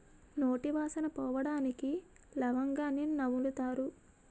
నోటి వాసన పోవడానికి లవంగాన్ని నములుతారు